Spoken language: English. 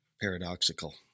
paradoxical